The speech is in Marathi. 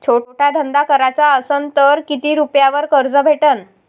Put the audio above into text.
छोटा धंदा कराचा असन तर किती रुप्यावर कर्ज भेटन?